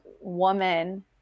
woman